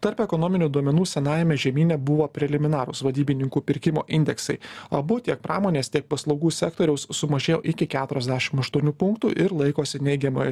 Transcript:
tarp ekonominių duomenų senajame žemyne buvo preliminarūs vadybininkų pirkimo indeksai abu tiek pramonės tiek paslaugų sektoriaus sumažėjo iki keturiasdešim aštuonių punktų ir laikosi neigiamoj